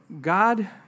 God